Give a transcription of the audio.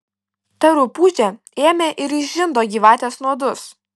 ta rupūžė ėmė ir išžindo gyvatės nuodus